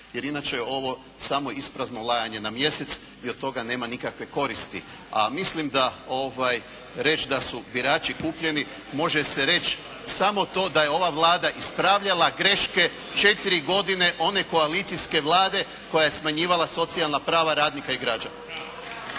je inače ovo samo isprazno lajanje na mjesec i od toga nema nikakve koristi, a mislim da reć' da su birači kupljeni može se reć' samo to da je ova Vlada ispravljala greške četiri godine one koalicijske Vlade koja je smanjivala socijalna prava radnika i građana.